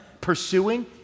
pursuing